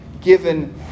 given